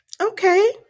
Okay